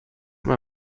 mal